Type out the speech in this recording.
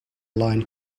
line